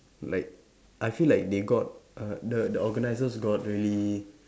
like I feel like they got err the the organisers got really